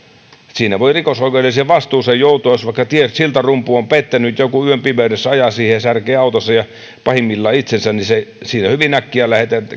siinä voi rikosoikeudelliseen vastuuseen joutua jos vaikka siltarumpu on pettänyt ja joku yön pimeydessä ajaa siihen särkee autonsa ja pahimmillaan itsensä siinä hyvin äkkiä lähdetään